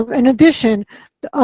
in addition